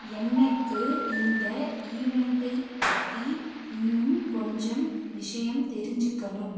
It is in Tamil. என்னக்கு இந்த ஈவெண்டை பற்றி இன்னும் கொஞ்சம் விஷயம் தெரிஞ்சிக்கணும்